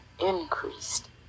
increased